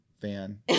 fan